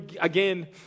again